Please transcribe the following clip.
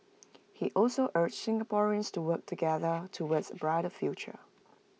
he also urged Singaporeans to work together towards A brighter future